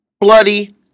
bloody